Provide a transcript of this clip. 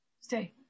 Stay